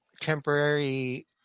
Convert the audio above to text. temporary